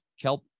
kelp